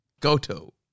Goto